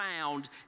found